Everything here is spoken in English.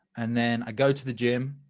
and then i go to the gym.